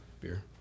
Beer